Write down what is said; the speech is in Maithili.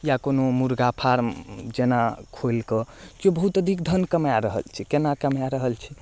या कोनो मुर्गा फार्म जेना खोलि कऽ केओ बहुत अधिक धन कमाए रहल छै केना कमाए रहल छै